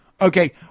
okay